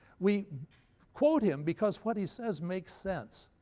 we quote him because what he says makes sense.